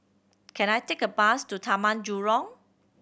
can I take a bus to Taman Jurong